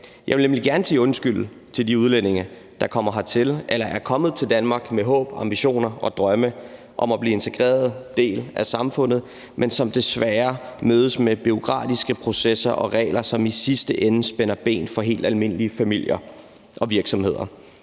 Jeg vil nemlig gerne sige undskyld til de udlændinge, der kommer hertil eller er kommet til Danmark med håb, ambitioner og drømme om at blive en integreret del af samfundet, men som desværre mødes af bureaukratiske processer og regler, som i sidste ende spænder ben for helt almindelige familier og virksomheder.